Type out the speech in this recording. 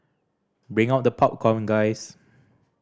bring out the popcorn guys